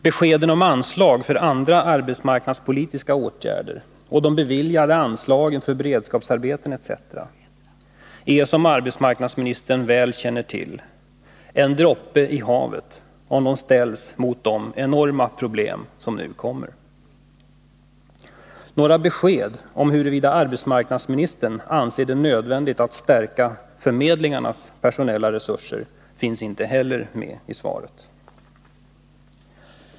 Beskeden om anslag för andra arbetsmarknadspolitiska åtgärder och de beviljade anslagen för beredskapsarbeten etc. är, som arbetsmarknadsministern väl känner till, en droppe i havet om de ställs mot de enorma problem som nu kommer. Några besked om huruvida arbetsmarknadsministern anser att det är nödvändigt att stärka förmedlingarnas personella resurser finns inte heller med i svaret.